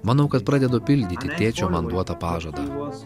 manau kad pradedu pildyti tėčio man duotą pažadą